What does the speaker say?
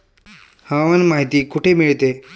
हवामान माहिती कुठे मिळते?